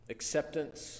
Acceptance